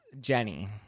Jenny